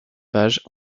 pages